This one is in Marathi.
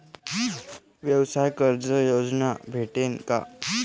व्यवसाय कर्ज योजना भेटेन का?